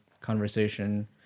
conversation